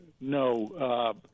No